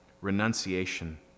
Renunciation